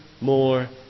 more